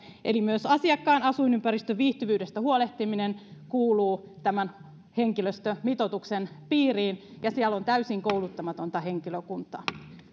eli myös asiakkaan asuinympäristön viihtyvyydestä huolehtiminen kuuluu tämän henkilöstömitoituksen piiriin ja siellä on täysin kouluttamatonta henkilökuntaa